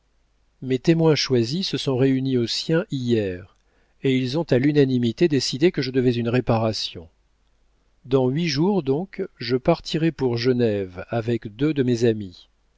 mes témoins choisis se sont réunis aux siens hier et ils ont à l'unanimité décidé que je devais une réparation dans huit jours donc je partirai pour genève avec deux de mes amis